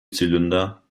zylinder